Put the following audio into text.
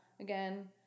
Again